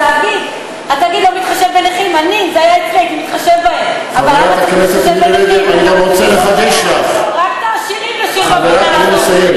אתה יודע איזה מאבק היה פה עד שאישרו לנו את זה?